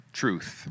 truth